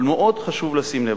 אבל חשוב מאוד לשים לב.